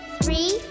three